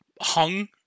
hung